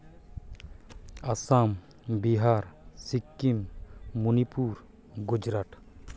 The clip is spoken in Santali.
ᱟᱥᱟᱢ ᱵᱤᱦᱟᱨ ᱥᱤᱠᱤᱢ ᱢᱚᱱᱤᱯᱩᱨ ᱜᱩᱡᱽᱨᱟᱴ